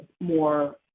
more